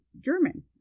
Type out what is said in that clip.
German